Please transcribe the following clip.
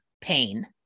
pain